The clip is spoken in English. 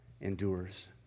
endures